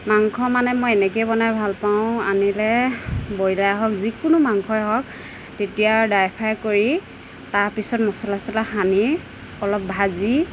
মাংস মানে মই এনেকৈয়ে বনাই ভালপাওঁ আনিলে ব্ৰয়লাৰ হওক যিকোনো মাংসই হওক তেতিয়া আৰু ড্ৰাই ফ্ৰাই কৰি তাৰপিছত মচলা ছচলা সানি অলপ ভাজি